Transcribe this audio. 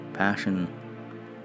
Passion